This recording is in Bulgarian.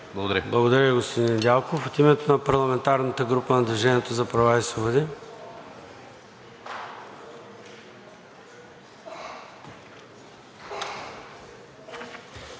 Благодаря Ви, господин Стамов. От името на парламентарната група на „Движение за права и свободи“?